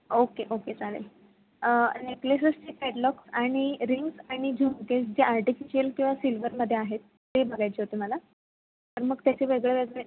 okay okay चालेल नेकलेसेसचे catalogues आणि रिंग्स आणि झुमकेज जे आर्टिफिशियल किंवा सिल्वरमध्ये आहेत ते बघायचे होते मला तर मग त्याचे वेगळे वेगळे